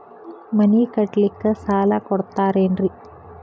ಮನಿ ಕಟ್ಲಿಕ್ಕ ಸಾಲ ಕೊಡ್ತಾರೇನ್ರಿ?